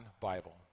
Bible